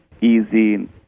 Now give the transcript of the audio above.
easy